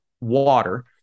water